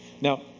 Now